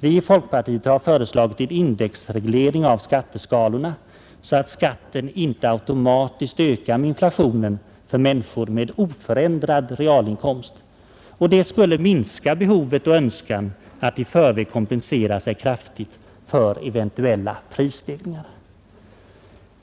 Vi i folkpartiet har föreslagit en indexreglering av skatteskalorna, så att skatten inte automatiskt ökar med inflationen för människor med oförändrad realinkomst. Det skulle minska behovet och önskan att i förväg kompensera sig kraftigt för eventuella prisstegringar.